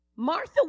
Martha